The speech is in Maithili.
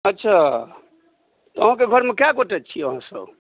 अच्छा तऽ अहाँके घरमे कय गोटे छी अहाँ सभ